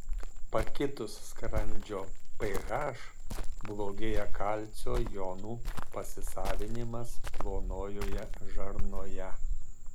pakitus skrandžio ph blogėja kalcio jonų pasisavinimas plonojoje žarnoje